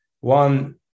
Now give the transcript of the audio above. One